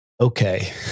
Okay